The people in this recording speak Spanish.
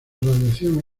radiación